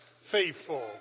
faithful